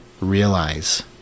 realize